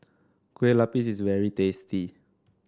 Kueh Lapis is very tasty